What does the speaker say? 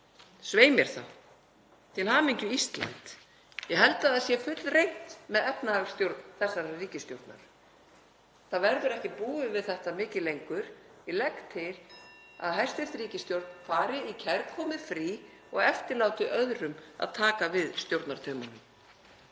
Svei mér þá. Til hamingju Ísland. Ég held að það sé fullreynt með efnahagsstjórn þessarar ríkisstjórnar. Það verður ekki búið við þetta mikið lengur. Ég legg til að hæstv. ríkisstjórn fari í kærkomið frí og eftirláti öðrum stjórnartaumana.